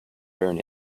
burn